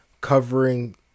covering